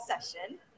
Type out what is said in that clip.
session